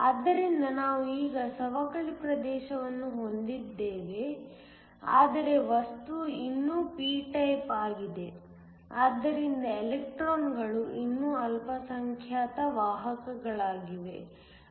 ಆದ್ದರಿಂದ ನಾವು ಈಗ ಸವಕಳಿ ಪ್ರದೇಶವನ್ನು ಹೊಂದಿದ್ದೇವೆ ಆದರೆ ವಸ್ತುವು ಇನ್ನೂ p ಟೈಪ್ ಆಗಿದೆ ಆದ್ದರಿಂದ ಎಲೆಕ್ಟ್ರಾನ್ಗಳು ಇನ್ನೂ ಅಲ್ಪಸಂಖ್ಯಾತ ವಾಹಕಗಳಾಗಿವೆ